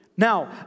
Now